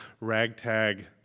ragtag